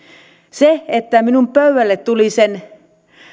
minun pöydälleni tuli sen